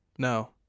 No